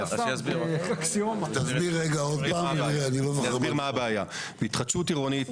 אסביר מה הבעיה: בהתחדשות עירונית,